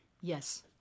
Yes